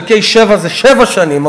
חלקי 7 זה שבע שנים,